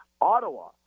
Ottawa